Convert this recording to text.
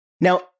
Now